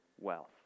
wealth